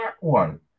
one